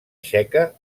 txeca